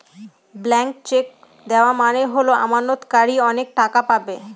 blank cheque দেওয়া মানে হল আমানতকারী অনেক টাকা পাবে